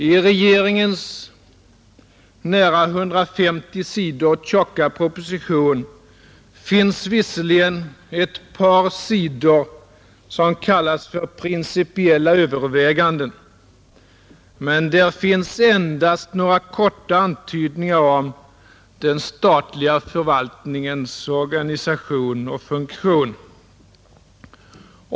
I regeringens nära 150 sidor tjocka proposition finns visserligen ett par sidor som kallas för principiella överväganden, men där finns endast några korta antydningar om den statliga förvaltningens funktion och organisation.